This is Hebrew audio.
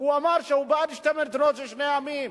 אמר שהוא בעד שתי מדינות לשני עמים,